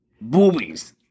Boobies